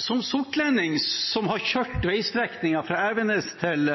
Som sortlending, som har kjørt veistrekningen fra Evenes til